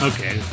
Okay